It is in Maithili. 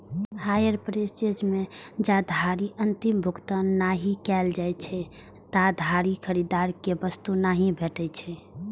हायर पर्चेज मे जाधरि अंतिम भुगतान नहि कैल जाइ छै, ताधरि खरीदार कें वस्तु नहि भेटै छै